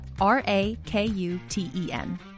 R-A-K-U-T-E-N